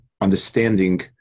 understanding